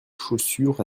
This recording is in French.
chaussures